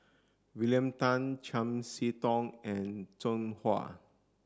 William Tan Chiam See Tong and Zhang Hui